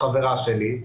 חברה שלי,